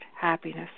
happiness